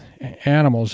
animals